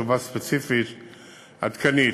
תשובה ספציפית עדכנית.